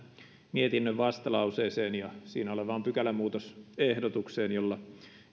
mietinnön vastalauseeseen ja siinä olevaan pykälämuutosehdotukseen jolla